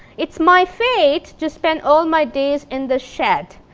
it's my fate to spend all my days in the shed,